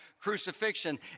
crucifixion